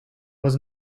was